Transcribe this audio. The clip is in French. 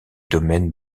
domaine